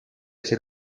ser